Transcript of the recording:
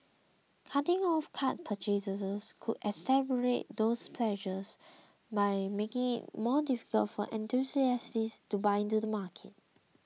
cutting off card purchases could exacerbate those pressures by making it more difficult for enthusiasts to buy into the market